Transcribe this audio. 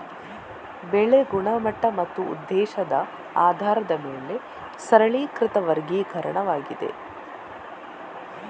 ಬೆಳೆ ಗುಣಮಟ್ಟ ಮತ್ತು ಉದ್ದೇಶದ ಆಧಾರದ ಮೇಲೆ ಸರಳೀಕೃತ ವರ್ಗೀಕರಣವಾಗಿದೆ